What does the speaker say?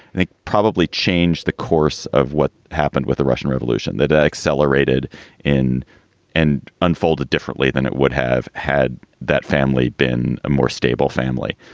probably changed the course of what happened with the russian revolution that accelerated in and unfolded differently than it would have had that family been a more stable family.